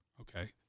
Okay